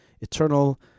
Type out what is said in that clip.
eternal